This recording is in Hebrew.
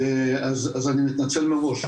אז אני מתנצל מראש.